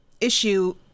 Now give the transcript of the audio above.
issue